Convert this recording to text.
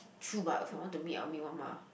true but if I want to meet I will meet one mah